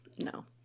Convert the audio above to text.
No